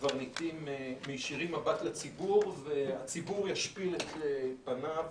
הקברניטים מישירים מבט לציבור והציבור ישפיל את פניו,